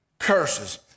Curses